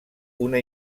una